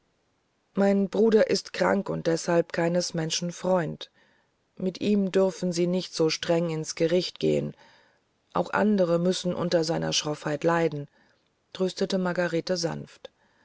mein bruder ist krank und deshalb keines men schen freund mit ihm dürfen sie nicht so streng ins gericht gehen auch andere müssen unter seiner schroffheit leiden tröstete margarete sanft